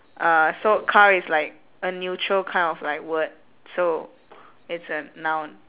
uh so car is like a neutral kind of like word so it's a noun